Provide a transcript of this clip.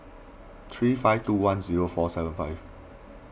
three five two one zero four seven five